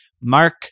Mark